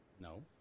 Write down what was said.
No